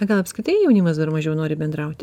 na gal apskritai jaunimas dar mažiau nori bendrauti